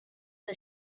the